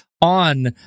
on